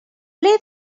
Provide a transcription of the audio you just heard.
ble